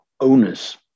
owners